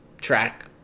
track